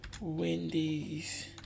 Wendy's